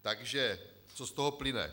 Takže co z toho plyne?